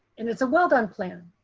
and it's a well done plan.